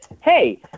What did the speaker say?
hey